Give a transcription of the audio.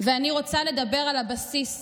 אני רוצה לדבר על הבסיס,